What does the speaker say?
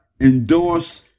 endorse